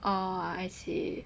oh I see